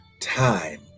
time